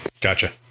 Gotcha